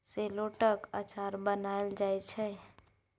शेलौटक अचार बनाएल जाइ छै